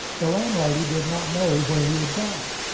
the landlady did not know where he had gone.